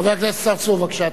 חבר הכנסת צרצור, בבקשה.